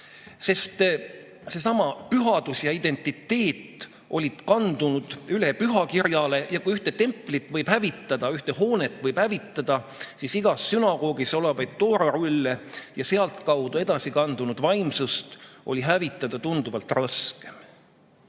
sest seesama pühadus ja identiteet olid kandunud üle pühakirjale ja kui ühte templit võib hävitada, ühte hoonet võib hävitada, siis igas sünagoogis olevaid toorarulle ja sealtkaudu edasi kandunud vaimsust hävitada oli tunduvalt raskem. Aga